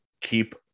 keep –